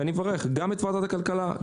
אני מברך גם את ועדת הכלכלה,